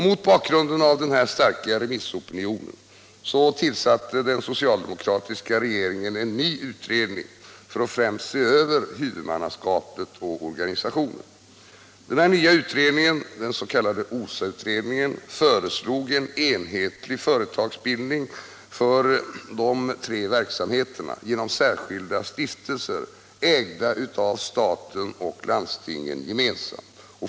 Mot bakgrund av den här starka remissopinionen tillsatte den socialdemokratiska regeringen en ny utredning, främst för att se över huvudmannaskapet och organisationen. Den nya utredningen, den s.k. OSA-utredningen, föreslog en enhetlig företagsbildning för de tre verksamheterna genom särskilda stiftelser, ägda av staten och landstingen gemensamt.